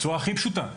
בצורה הכי פשוטה.